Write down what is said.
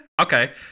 Okay